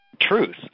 truth